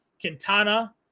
Quintana